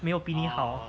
没有比你好